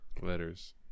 Letters